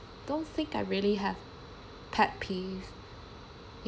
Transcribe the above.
don't think I really have pet peeves